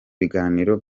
biganiro